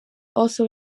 also